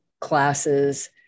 classes